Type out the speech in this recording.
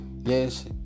Yes